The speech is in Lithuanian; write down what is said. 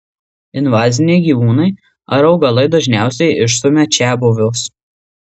invaziniai gyvūnai ar augalai dažniausiai išstumia čiabuvius